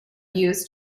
used